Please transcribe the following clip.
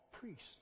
priests